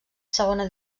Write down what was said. segona